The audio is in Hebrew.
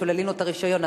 שוללים לו את הרשיון,